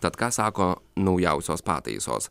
tad ką sako naujausios pataisos